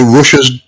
Russia's